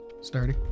Sturdy